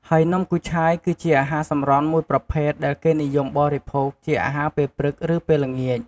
ហើយនំគូឆាយ គឺជាអាហារសម្រន់មួយប្រភេទដែលគេនិយមបរិភោគជាអាហារពេលព្រឹក ឬពេលល្ងាច។